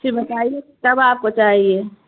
جی بتائیے کب آپ کو چاہیے